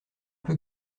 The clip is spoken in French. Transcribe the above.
peu